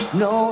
no